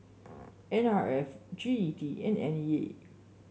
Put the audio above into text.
N R F G E D and N E A